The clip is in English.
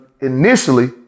initially